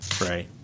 right